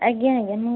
ଆଜ୍ଞା ଆଜ୍ଞା ମୁଁ